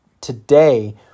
today